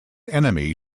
enemy